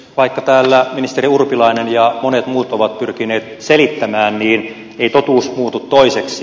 vaikka täällä ministeri urpilainen ja monet muut ovat pyrkineet selittämään niin ei totuus muutu toiseksi